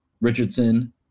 Richardson